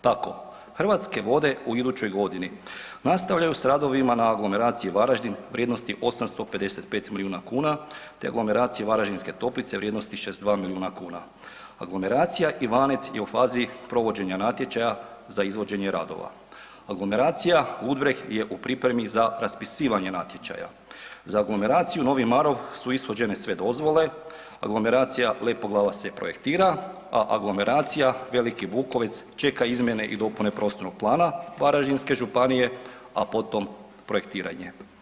Tako Hrvatske vode u idućoj godini nastavljaju s radovima na aglomeraciji Varaždin vrijednosti 855 milijuna kuna te aglomeraciji Varaždinske Toplice vrijednosti 62 milijuna kuna, aglomeracija Ivanec je u fazi provođenja natječaja za izvođenje radova, aglomeracija Ludbreg je u pripremi za raspisivanje natječaja, za aglomeraciju Novi Marof su ishođene sve dozvole, aglomeracija Lepoglava se projektira, a aglomeracija Veliki Bukovec čeka izmjene i dopune prostornog plana Varaždinske županije, a potom projektiranje.